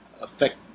affect